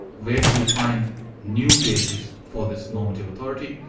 where do we find new basis for this normative authority?